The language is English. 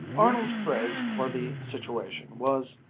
arnold's phrase for the situation was,